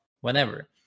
whenever